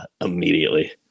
immediately